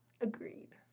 Agreed